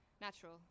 natural